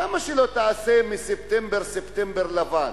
למה שלא תעשה מספטמבר ספטמבר לבן,